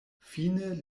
fine